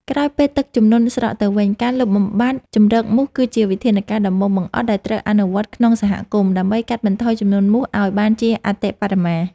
ក្រោយពេលទឹកជំនន់ស្រកទៅវិញ ការលុបបំបាត់ជម្រកមូសគឺជាវិធានការដំបូងបង្អស់ដែលត្រូវអនុវត្តក្នុងសហគមន៍ ដើម្បីកាត់បន្ថយចំនួនមូសឱ្យបានជាអតិបរមា។